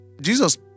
Jesus